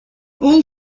all